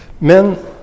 Men